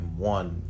M1